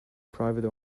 private